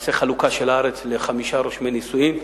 נעשה חלוקה של הארץ לחמישה רושמי נישואים,